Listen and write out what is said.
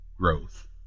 growth